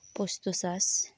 ᱯᱚᱥᱛᱩ ᱪᱟᱥ